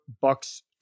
bucks